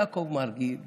יעקב מרגי,